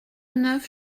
neuf